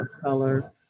color